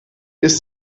ist